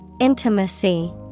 Intimacy